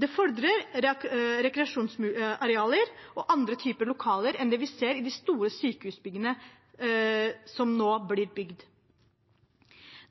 Det fordrer rekreasjonsarealer og andre typer lokaler enn det vi ser i de store sykehusbyggene som nå blir bygd.